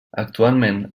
actualment